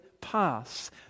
Pass